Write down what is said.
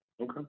Okay